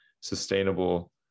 sustainable